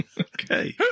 Okay